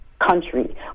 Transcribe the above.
country